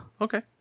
Okay